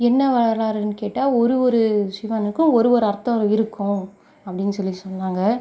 என்ன வரலாறுன்னு கேட்டால் ஒரு ஒரு சிவனுக்கும் ஒரு ஒரு அர்த்தம் இருக்கும் அப்படின்னு சொல்லி சொன்னாங்க